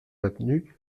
maintenu